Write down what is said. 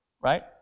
right